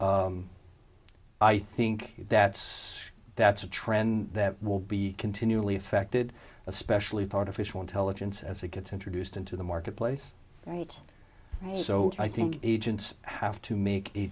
o i think that's that's a trend that will be continually affected especially part official intelligence as it gets introduced into the marketplace and it's also i think agents have to make a